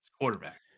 quarterback